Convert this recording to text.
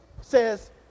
says